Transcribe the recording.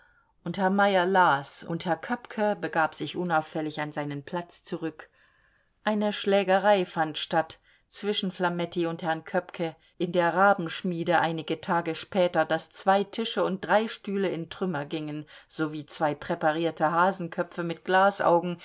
und herr meyer las und herr köppke begab sich unauffällig an seinen platz zurück eine schlägerei fand statt zwischen flametti und herrn köppke in der rabenschmiede einige tage später daß zwei tische und drei stühle in trümmer gingen sowie zwei präparierte hasenköpfe mit